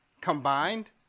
combined